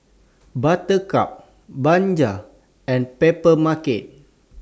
Buttercup Bajaj and Papermarket